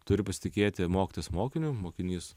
turi pasitikėti mokytojas mokiniu mokinys